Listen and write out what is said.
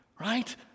right